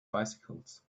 bicycles